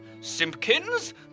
Simpkins